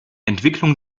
entwicklung